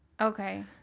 Okay